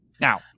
Now